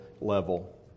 level